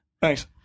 Thanks